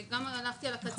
אז גם כשהלכתי על הקצה,